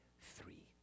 three